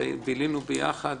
שבילינו ביחד